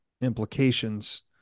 implications